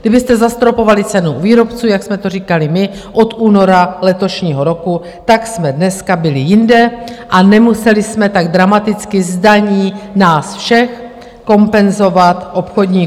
Kdybyste zastropovali cenu u výrobců, jak jsme to říkali my od února letošního roku, tak jsme dneska byli jinde a nemuseli jsme tak dramaticky z daní nás všech kompenzovat obchodníkům.